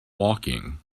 walking